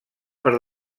per